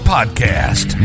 Podcast